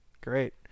great